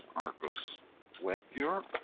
argos web viewer.